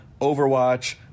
Overwatch